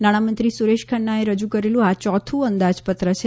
નાણામંત્રી સુરેશ ખન્નાએ રજૂ કરેલું આ ચોથું અંદાજપત્ર છે